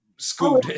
School